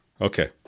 Okay